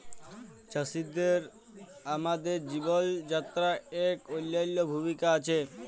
চাষীদের আমাদের জীবল যাত্রায় ইক অলল্য ভূমিকা আছে